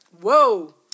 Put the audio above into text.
Whoa